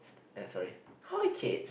err sorry hi kids